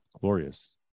glorious